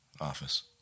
office